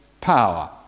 power